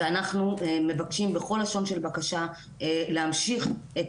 ואנחנו מבקשים בכל לשון של בקשה להמשיך את